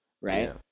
Right